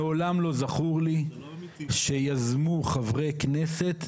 מעולם לא זכור לי שיזמו חברי כנסת,